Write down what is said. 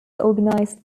organized